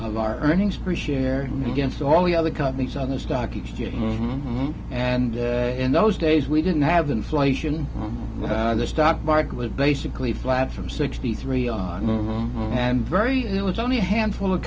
of our earnings per share against all the other companies on the stock each year and in those days we didn't have inflation on the stock market was basically flat from sixty three on them and very it was only a handful of